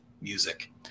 music